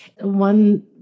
One